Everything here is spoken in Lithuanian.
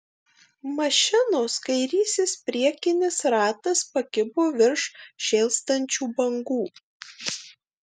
mašinos kairysis priekinis ratas pakibo virš šėlstančių bangų